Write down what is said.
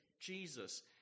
Jesus